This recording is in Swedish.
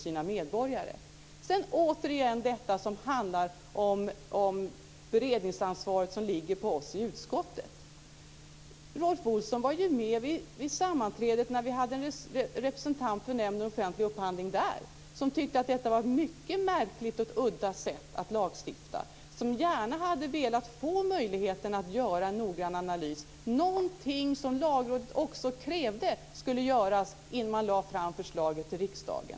Sedan vill jag återigen ta upp detta med det beredningsansvar som ligger på oss i utskottet. Rolf Olsson var ju med vid sammanträdet när vi hade en representant för Nämnden för offentlig upphandling där, som tyckte att detta var ett mycket märkligt och udda sätt att lagstifta och som gärna hade velat få möjligheten att göra en noggrann analys. Detta var också någonting som Lagrådet krävde att det skulle göras innan förslaget lades fram för riksdagen.